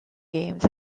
games